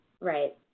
Right